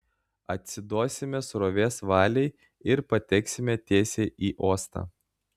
atsiduosime srovės valiai ir pateksime tiesiai į uostą